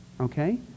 okay